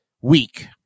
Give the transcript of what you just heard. week